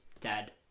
dad